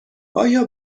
آیا